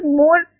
more